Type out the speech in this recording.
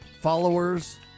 followers